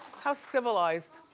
how civilized.